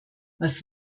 was